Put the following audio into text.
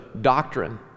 doctrine